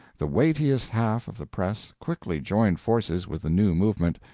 the weightiest half of the press quickly joined forces with the new movement,